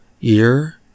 Ear